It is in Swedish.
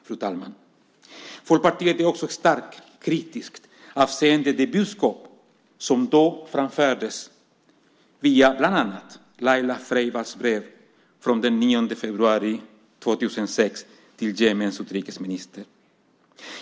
Fru talman! Folkpartiet är också starkt kritiskt avseende det budskap som då framfördes via, bland annat, Laila Freivalds brev från den 9 februari 2006 till Jemens utrikesminister.